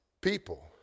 people